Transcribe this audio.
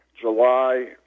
July